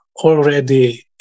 already